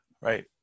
Right